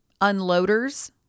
unloaders